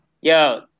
Yo